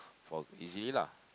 for easier lah